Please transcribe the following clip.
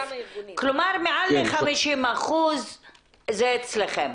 כלומר, מעל 50% זה אצלכם.